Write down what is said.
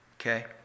okay